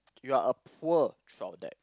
you are a poor throughout that